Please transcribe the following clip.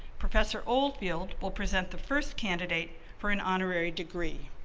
professor oldfield will present the first candidate for an honorary degree.